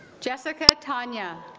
jessica tania